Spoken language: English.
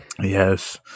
yes